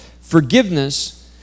Forgiveness